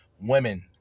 Women